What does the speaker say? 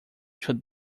should